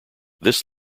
this